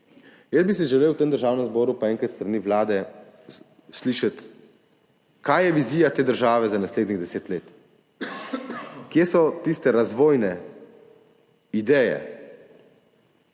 Jaz bi si želel v tem državnem zboru pa enkrat s strani vlade slišati, kaj je vizija te države za naslednjih deset let. Kje so tiste razvojne ideje?